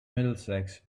middlesex